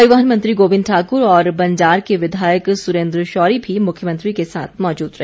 परिवहन मंत्री गोविंद ठाकुर और बंजार के विधायक सुरेन्द्र शौरी भी मुख्यमंत्री के साथ मौजूद रहे